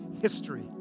history